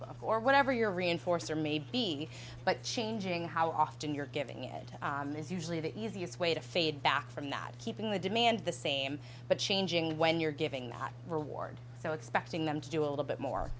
book or whatever your reinforcer may be but changing how often you're giving it is usually the easiest way to fade back from not keeping the demand the same but changing when you're giving that reward so expecting them to do a little bit more